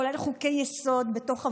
כולל חוקי-יסוד בתוך הוועדות.